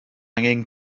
angen